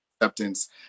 acceptance